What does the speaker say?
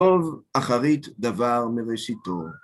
עוב אחרית דבר מראשיתו.